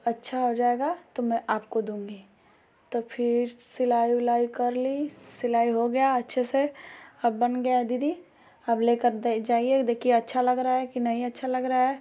अच्छा हो जाएगा तो मैं आपको दूँगी तो फिर सिलाई उलाई कर ली सिलाई हो गया अच्छे से अब बन गया दीदी अब लेकर दे जाइए देखिए अच्छा लग रहा है कि नहीं अच्छा लग रहा है